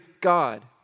God